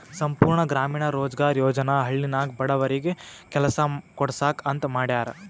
ಸಂಪೂರ್ಣ ಗ್ರಾಮೀಣ ರೋಜ್ಗಾರ್ ಯೋಜನಾ ಹಳ್ಳಿನಾಗ ಬಡವರಿಗಿ ಕೆಲಸಾ ಕೊಡ್ಸಾಕ್ ಅಂತ ಮಾಡ್ಯಾರ್